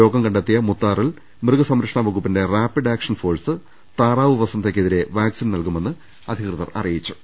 രോഗം കണ്ടെത്തിയ മുത്താറിൽ മൃഗസംരക്ഷണ വകുപ്പിന്റെ റാപ്പിഡ് ആക്ഷൻ ഫോഴ്സ് താറാവ് വസന്തയ്ക്കെതിരെ വാക്സിൻ നൽകുമെന്ന് അധകൃതർ അറി യിച്ചു